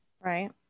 Right